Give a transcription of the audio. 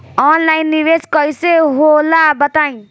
Online निवेस कइसे होला बताईं?